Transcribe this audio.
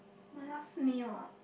my last meal ah